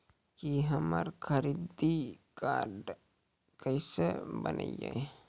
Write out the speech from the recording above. की हमर credit card केसे बनिये?